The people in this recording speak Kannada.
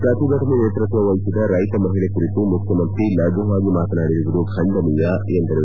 ಪ್ರತಿಭಟನೆ ನೇತೃತ್ವ ವಹಿಸಿದ ರೈತ ಮಹಿಳೆ ಕುರಿತು ಮುಖ್ಯಮಂತ್ರಿ ಲಘುವಾಗಿ ಮಾತನಾಡಿರುವುದು ಖಂಡನೀಯ ಎಂದರು